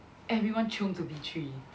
everyone chiong to B three